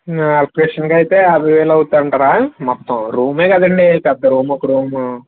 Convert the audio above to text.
ఎలక్ట్రీషియన్కి ఆయితే యాభై వేలు అవుతుందంటారా మొత్తం రూమే కదండి పెద్ద రూము ఒక రూము